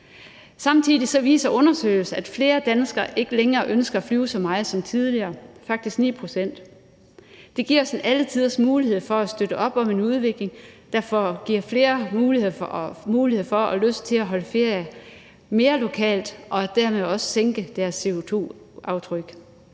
Samtidig viser undersøgelser, at flere danskere ikke længere ønsker at flyve så meget som tidligere – det er faktisk 9 pct. Det giver os alle tiders mulighed for at støtte op om en udvikling, der giver flere mulighed for og lyst til at holde ferie mere lokalt og dermed også sænke deres CO2-aftryk.